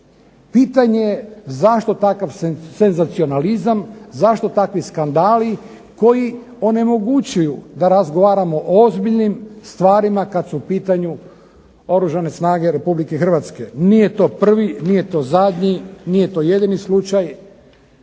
Pitanje je zašto takav senzacionalizam, zašto takvi skandali koji onemogućuju da razgovaramo o ozbiljnim stvarima kada su u pitanju Oružane snage Republike Hrvatske. Nije to prvi, nije to zadnji, nije to jedini slučaj.